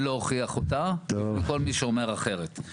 ולהוכיח אותה לכל מי שאומר אחרת.